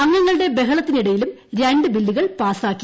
അംഗങ്ങളുടെ ബഹളത്തിനിടയിലും ര ് ബില്ലുകൾ പാസാക്കി